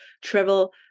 travel